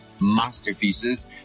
masterpieces